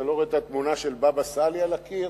אתה לא רואה את התמונה של בבא סאלי על הקיר?